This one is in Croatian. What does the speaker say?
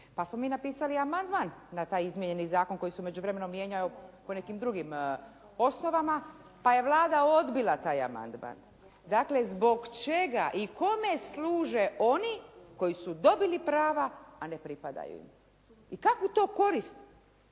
Pa smo mi napisali amandman na taj izmijenjeni zakon koji se u međuvremenu mijenjao po nekim drugim osnovama, pa je Vlada odbila taj amandman. Dakle zbog čega i kome služe oni koji su dobili prava, a ne pripadaju im? I kakvu to korist ima